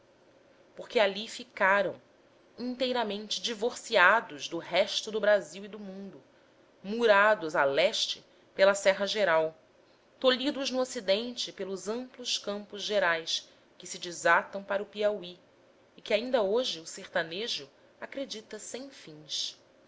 porque ali ficaram inteiramente divorciados do resto do brasil e do mundo murados a leste pela serra geral tolhidos no ocidente pelos amplos campos gerais que se desatam para o piauí e que ainda hoje o sertanejo acredita sem fins